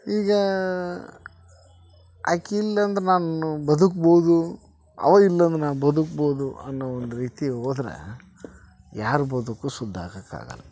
ಈಗ ಆಕೆ ಇಲ್ಲ ಅಂದ್ರೆ ನಾನು ಬದುಕ್ಬೋದು ಅವ ಇಲ್ಲ ಅಂದ್ರೆ ನಾನು ಬದುಕ್ಬೋದು ಅನ್ನೋ ಒಂದು ರೀತಿ ಹೋದ್ರ ಯಾರ ಬದುಕೂ ಶುದ್ಧ ಆಗೊಕ್ಕಾಗಲ್ಲ